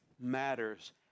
matters